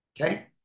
Okay